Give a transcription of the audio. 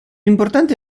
importante